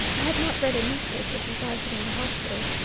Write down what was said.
i have not read a newspaper since i have been in the hospital.